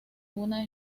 una